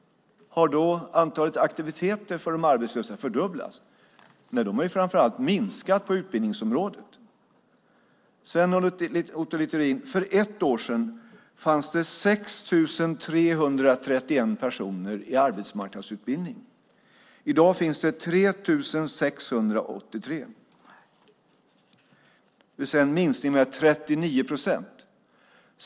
Har då antalet aktiviteter för de arbetslösa fördubblats? Nej det har minskat, framför allt på utbildningsområdet. Sven Otto Littorin, för ett år sedan fanns det 6 331 personer i arbetsmarknadsutbildning. I dag finns det 3 683, det vill säga en minskning med 39 procent.